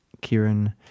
Kieran